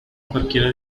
cualquiera